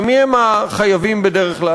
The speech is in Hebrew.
הרי מי הם החייבים בדרך כלל?